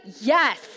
Yes